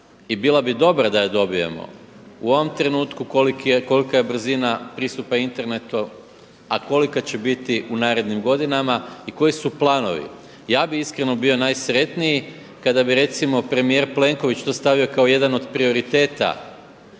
i bila bi dobra da je dobijemo u ovom trenutku kolika je brzina pristupa internetu, a kolika će biti u narednim godinama i koji su planovi. Ja bih iskreno bio najsretniji kada bi recimo premijer Plenković to stavio kao jedan od prioriteta